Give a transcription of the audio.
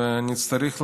ונצטרך לעשות,